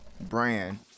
brand